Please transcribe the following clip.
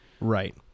Right